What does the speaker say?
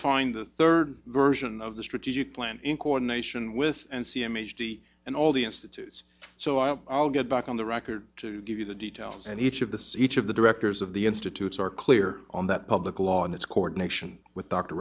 redefine the third version of the strategic plan in coordination with and see m h d and all the institutes so i'll get back on the record to give you the details and each of the each of the directors of the institutes are clear on that public law and its coordination with d